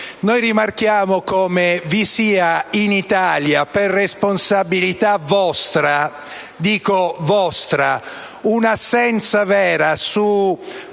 Noi rimarchiamo che vi è in Italia, per responsabilità vostra (dico vostra), un'assenza vera su